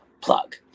Plug